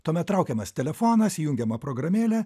tuomet traukiamas telefonas įjungiama programėlė